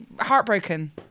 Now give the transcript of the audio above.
heartbroken